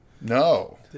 No